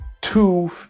two